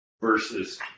versus